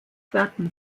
werden